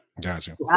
Gotcha